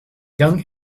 young